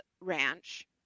ranch